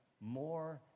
more